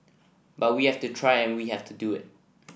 but we have to try and we have to do it